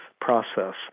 process